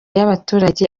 y’abaturage